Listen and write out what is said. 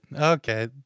okay